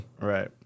Right